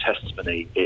testimony